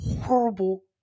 horrible